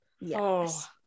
Yes